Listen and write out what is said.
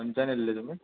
खंच्यान येल्ले तुमी